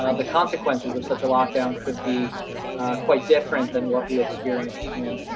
ah the consequences of such a lockdown could be quite different than what we experienced in